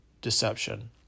deception